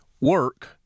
Work